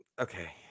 Okay